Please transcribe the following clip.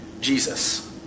Jesus